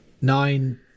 nine